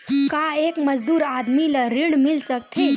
का एक मजदूर आदमी ल ऋण मिल सकथे?